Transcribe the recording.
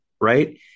right